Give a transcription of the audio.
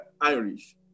Irish